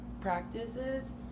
practices